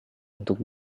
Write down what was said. untuk